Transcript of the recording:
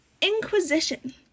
Inquisition